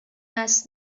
است